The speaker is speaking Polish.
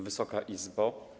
Wysoka Izbo!